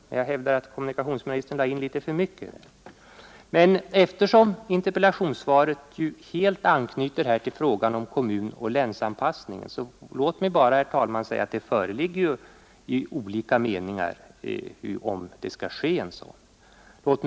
Men jag hävdar att kommunikationsministern lade in litet för mycket i vad jag sagt. Men eftersom nu interpellationssvaret ju helt anknyter till kommunoch länsanpassningen vill jag säga att det råder ju ändå olika meningar om huruvida det skall vara en sådan anpassning.